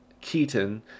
Keaton